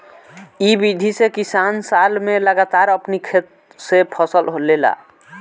इ विधि से किसान साल में लगातार अपनी खेते से फसल लेला